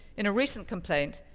in a recent complaint,